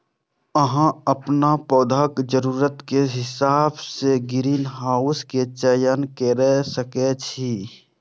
अहां अपन पौधाक जरूरत के हिसाब सं ग्रीनहाउस के चयन कैर सकै छी